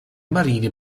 marine